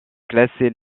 classer